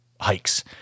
hikes